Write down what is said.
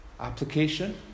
application